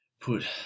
put